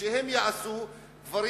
כדי שהם יעשו דברים,